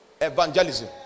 evangelism